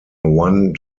one